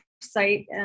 site